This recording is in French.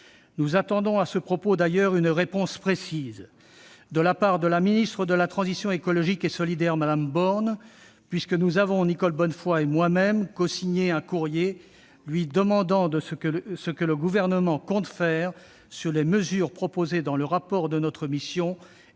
nous attendons une réponse précise de la part de la ministre de la transition écologique et solidaire, Mme Borne, puisque nous avons, Nicole Bonnefoy et moi-même, cosigné un courrier lui demandant ce que le Gouvernement compte faire sur les mesures proposées dans le rapport de notre mission